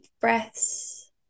breaths